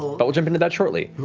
but we'll jump into that shortly.